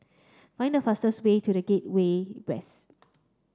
find the fastest way to the Gateway West